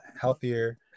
healthier